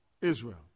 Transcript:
Israel